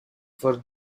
for